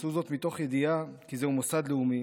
עשו זאת מתוך ידיעה כי זהו מוסד לאומי,